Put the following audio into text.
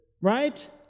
right